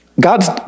God's